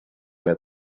mehr